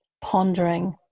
pondering